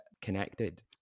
connected